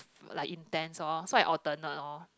like intense lor so I alternate lor